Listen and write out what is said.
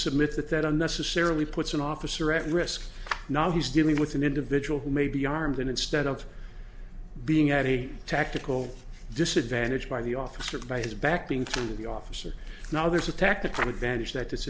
that that unnecessarily puts an officer at risk now he's dealing with an individual who may be armed and instead of being at a tactical disadvantage by the officer by his back being the officer now there's a technocrat advantage that this